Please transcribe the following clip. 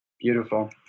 Beautiful